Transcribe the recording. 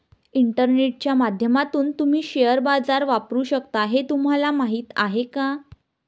इंटरनेटच्या माध्यमातून तुम्ही शेअर बाजार वापरू शकता हे तुम्हाला माहीत आहे का?